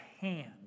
hand